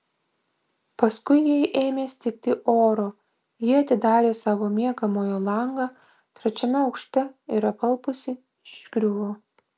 paskui jai ėmė stigti oro ji atidarė savo miegamojo langą trečiame aukšte ir apalpusi išgriuvo